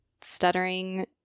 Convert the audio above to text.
stuttering